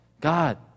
God